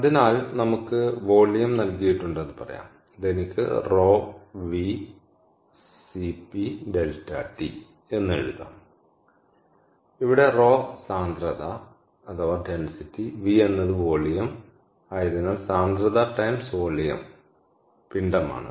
അതിനാൽ നമുക്ക് വോളിയം നൽകിയിട്ടുണ്ടെന്ന് പറയാം ഇത് എനിക്ക് ρ V Cp ∆T എന്ന് എഴുതാം ഇവിടെ ρ സാന്ദ്രത V എന്നത് വോളിയം ആയതിനാൽ സാന്ദ്രത ടൈംസ് വോളിയം പിണ്ഡമാണ്